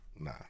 Nah